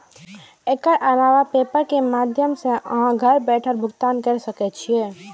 एकर अलावे पेपल के माध्यम सं अहां घर बैसल भुगतान कैर सकै छी